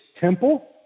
temple